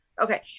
Okay